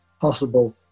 possible